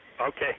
Okay